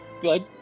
Good